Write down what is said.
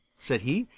said he.